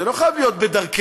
זה לא חייב לקרות בדרכנו,